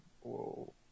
whoa